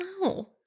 No